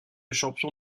champion